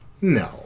No